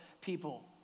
people